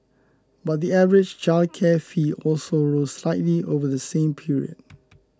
but the average childcare fee also rose slightly over the same period